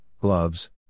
gloves